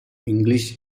english